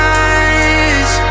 eyes